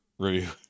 Review